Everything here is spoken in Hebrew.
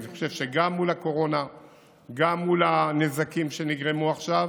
אני חושב שגם מול הקורונה וגם מול הנזקים שנגרמו עכשיו